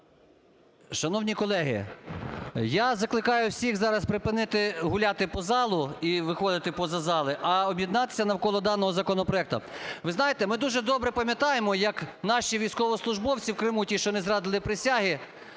Шановні колеги, я закликаю всіх зараз припинити гуляти по залу і виходити поза зали, а об'єднатися навколо даного законопроекту. Ви знаєте, ми дуже добре пам'ятаємо як наші військовослужбовці в Криму, ті, що не зрадили присязі,